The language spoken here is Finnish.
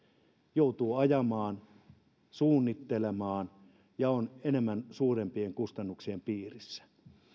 joutuu ajamaan suunnittelemaan ja on enemmän suurempien kustannusten piirissä